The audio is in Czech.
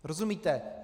Rozumíte?